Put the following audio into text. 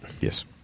Yes